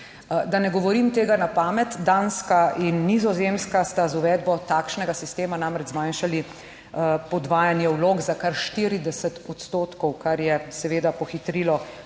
Da ne govorim tega na pamet, Danska in Nizozemska sta z uvedbo takšnega sistema namreč zmanjšali podvajanje vlog za kar 40 odstotkov, kar je seveda pohitrilo